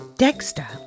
Dexter